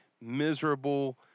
miserable